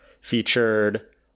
featured